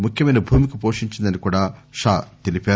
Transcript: ముఖ్యమైన భూమిక పోషించిందని కూడా షా తెలిపారు